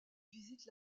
visitent